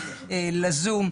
לזום,